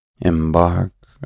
Embark